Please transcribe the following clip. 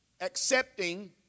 accepting